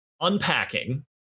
unpacking